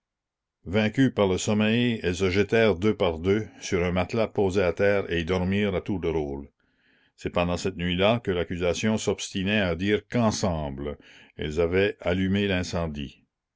vaincues par le sommeil elles se jetèrent deux par deux sur un matelas posé à terre et y dormirent à tour de rôle c'est pendant cette nuit-là que l'accusation s'obstinait à dire qu'ensemble elles avaient allumé l'incendie